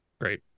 Great